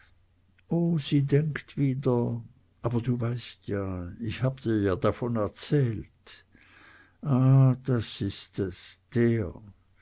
sie denkt wieder aber du weißt ja ich habe dir ja davon erzählt ach das ist es der